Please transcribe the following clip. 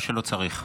או שלא צריך?